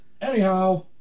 Anyhow